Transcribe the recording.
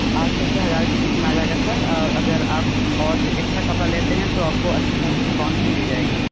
आठ सौ से हज़ार के बीच में आ जाएगा सर अगर आप और जो एक्स्ट्रा कपड़े लेते हैं तो आपको अच्छी खासी डिस्काउंट भी दी जाएगी